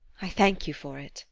i thank you for it!